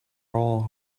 all